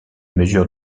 mesures